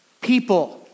People